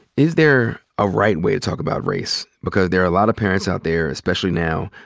is there a right way to talk about race? because there are a lot of parents out there, especially now,